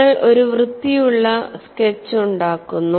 നിങ്ങൾ ഒരു വൃത്തിയുള്ള സ്കെച്ച് ഉണ്ടാക്കുന്നു